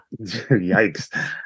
Yikes